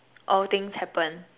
all things happen